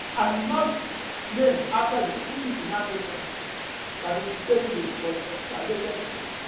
and not named after the city in africa that the papyrus was excavated from.